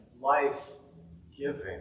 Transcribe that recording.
life-giving